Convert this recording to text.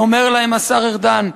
ואומר להם השר ארדן,